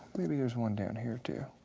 maybe there's one down here, too.